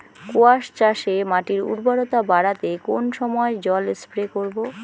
কোয়াস চাষে মাটির উর্বরতা বাড়াতে কোন সময় জল স্প্রে করব?